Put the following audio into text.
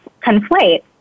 conflate